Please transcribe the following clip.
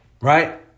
Right